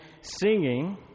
singing